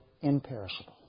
imperishable